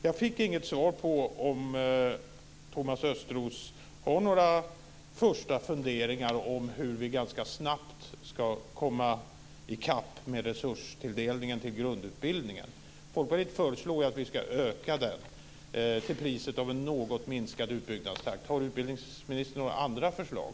Jag fick inget svar på om Thomas Östros har några första funderingar om hur vi ganska snabbt ska komma i kapp med resurstilldelningen till grundutbildningen. Folkpartiet föreslog att vi ska öka den till priset av en något minskad utbyggnadstakt. Har utbildningsministern några andra förslag?